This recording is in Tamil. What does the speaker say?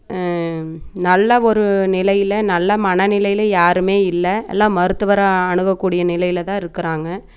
நல்ல ஒரு நிலையில் நல்ல மன நிலையில் யாரும் இல்லை எல்லாம் மருத்துவரை அணுகக்கூடிய நிலையில் தான் இருக்கிறாங்க